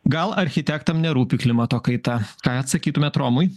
gal architektam nerūpi klimato kaita ką atsakytumėt romui